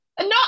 No